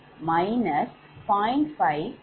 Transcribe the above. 5 பெறுகிறோம்